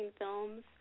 films